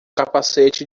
capacete